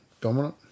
dominant